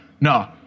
No